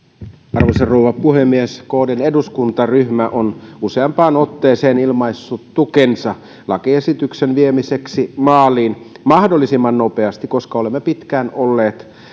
arvoisa rouva puhemies kdn eduskuntaryhmä on useampaan otteeseen ilmaissut tukensa lakiesityksen viemiseksi maaliin mahdollisimman nopeasti koska olemme pitkään olleet